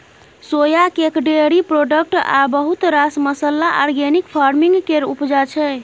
सोया cake, dairy product आ बहुत रास मसल्ला आर्गेनिक फार्मिंग केर उपजा छै